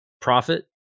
profit